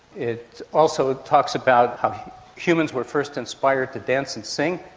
it also talks about how humans were first inspired to dance and sing,